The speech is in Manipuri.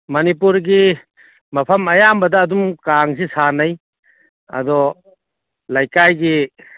ꯃꯅꯤꯄꯨꯔꯒꯤ ꯃꯐꯝ ꯑꯌꯥꯝꯕꯗ ꯑꯗꯨꯝ ꯀꯥꯡꯁꯤ ꯁꯥꯟꯅꯩ ꯑꯗꯣ ꯂꯩꯀꯥꯏꯒꯤ